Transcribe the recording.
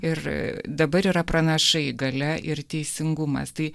ir dabar yra pranašai galia ir teisingumas tai